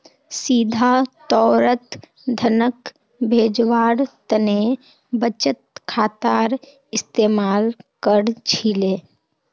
सीधा तौरत धनक भेजवार तने बचत खातार इस्तेमाल कर छिले